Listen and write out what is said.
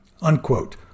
Unquote